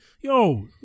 yo